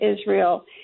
Israel